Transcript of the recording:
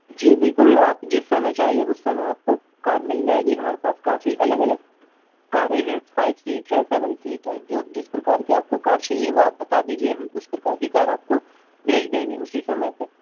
جی بالکل آپ جس سمے چاہیے اس سمے آپ کو کار مل جائے گی ہمارے پاس کافی الگ الگ کاریں ہیں فائیو سیٹ ہے سیون سیٹ ہے جو جس پرکار کی آپ کو کار چاہیے وہ آپ بتا دیجیے ہم اس پرکار کی کار آپ کو بھیج دیں گے اسی سمے پہ